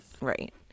Right